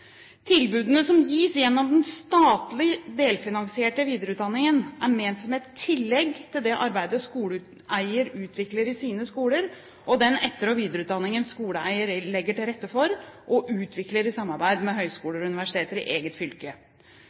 Tilbudene som gis gjennom den statlig delfinansierte videreutdanningen, er ment som et tillegg til det arbeidet skoleeier utvikler i sine skoler, og den etter- og videreutdanningen skoleeier legger til rette for og utvikler i samarbeid med høyskoler og universitet i eget fylke.